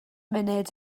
munud